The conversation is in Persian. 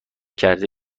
کرده